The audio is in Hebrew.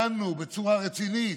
דנו בצורה רצינית.